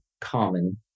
Common